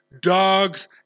dogs